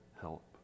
help